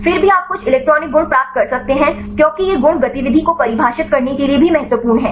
फिर भी आप कुछ इलेक्ट्रॉनिक गुण प्राप्त कर सकते हैं क्योंकि ये गुण गतिविधि को परिभाषित करने के लिए भी महत्वपूर्ण हैं